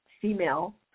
female